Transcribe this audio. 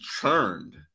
churned